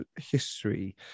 history